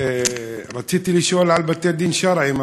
רציתי לשאול על בתי-דין שרעיים,